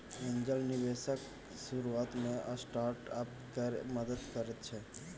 angel निबेशक शुरुआत मे स्टार्टअप केर मदति करैत छै